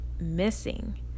missing